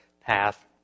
path